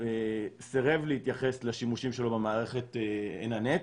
סירב להתייחס לשימושים שלו במערכת "עין הנץ".